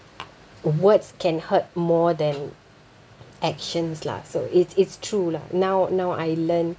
words can hurt more than actions lah so it's it's true lah now now I learn